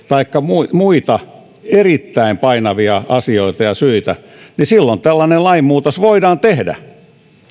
taikka muita muita erittäin painavia asioita ja syitä niin silloin tällainen lainmuutos voidaan tehdä